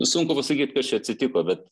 sunku pasakyt kas čia atsitiko bet